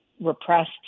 repressed